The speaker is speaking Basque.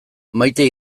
maite